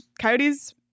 Coyotes